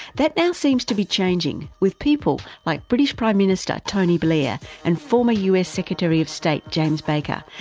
that now seems to be changing, with people like british prime minister tony blair and former us secretary of state, james baker,